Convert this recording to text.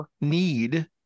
need